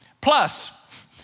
Plus